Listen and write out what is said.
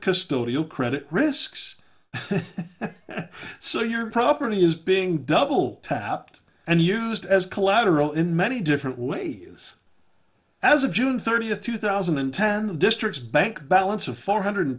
custodial credit risks so your property is being double tapped and used as collateral in many different ways as of june third if two thousand and ten the district's bank balance of four hundred